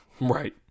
Right